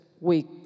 week